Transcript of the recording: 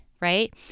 right